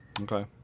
Okay